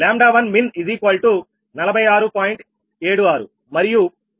76 మరియు 𝜆2𝑚in39